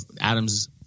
Adams